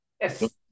Yes